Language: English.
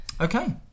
Okay